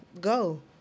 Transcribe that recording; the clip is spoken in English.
go